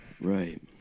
Right